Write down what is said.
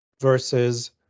versus